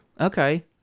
Okay